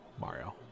Mario